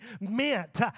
meant